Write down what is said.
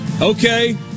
Okay